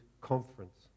conference